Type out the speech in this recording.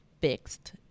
fixed